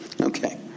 Okay